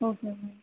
okay ma'am